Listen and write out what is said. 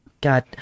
God